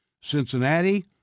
Cincinnati